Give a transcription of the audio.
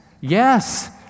Yes